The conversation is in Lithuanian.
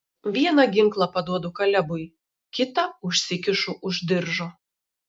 vieną ginklą paduodu kalebui kitą užsikišu už diržo